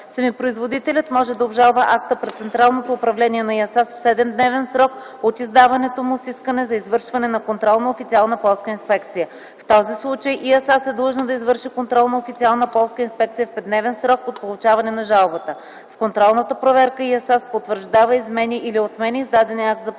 семепроизводителят може да обжалва акта пред Централното управление на ИАСАС в 7-дневен срок от издаването му с искане за извършване на контролна официална полска инспекция. В този случай ИАСАС е длъжна да извърши контролна официална полска инспекция в 5-дневен срок от получаване на жалбата. С контролната проверка ИАСАС потвърждава, изменя или отменя издадения акт за полска